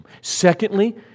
Secondly